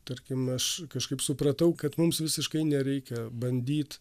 tarkim aš kažkaip supratau kad mums visiškai nereikia bandyt